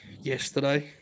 yesterday